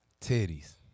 Titties